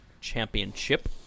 Championship